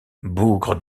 bougre